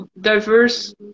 diverse